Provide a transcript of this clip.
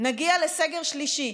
נגיע לסגר שלישי.